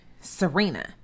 Serena